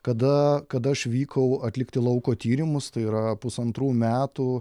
kada kada aš vykau atlikti lauko tyrimus tai yra pusantrų metų